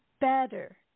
better